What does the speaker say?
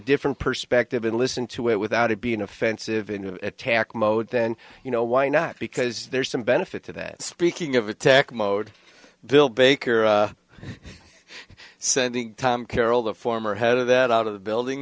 different perspective and listen to it without it being offensive in an attack mode then you know why not because there's some benefit to that speaking of attack mode bill baker so i think tom carroll the former head of that out of the building